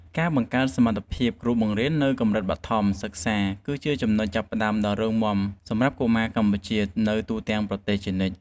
ការបង្កើនសមត្ថភាពគ្រូបង្រៀននៅកម្រិតបឋមសិក្សាគឺជាចំណុចចាប់ផ្តើមដ៏រឹងមាំសម្រាប់កុមារកម្ពុជានៅទូទាំងប្រទេសជានិច្ច។